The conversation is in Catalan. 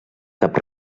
cap